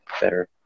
better